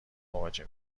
مواجه